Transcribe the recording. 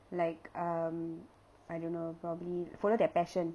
like um I don't know probably follow their passion